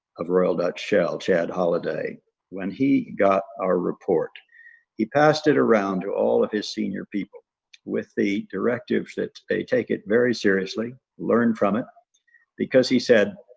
of royal dutch shell chad holiday when he got our report he passed it around to all of his senior people with the directives that they take it very seriously learn from it because he said